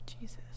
jesus